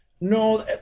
No